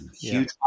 huge